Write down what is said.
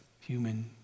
human